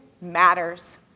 matters